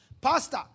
Pastor